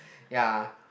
ya